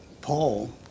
Paul